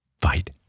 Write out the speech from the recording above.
fight